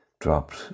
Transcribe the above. dropped